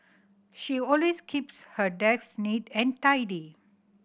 she always keeps her desk neat and tidy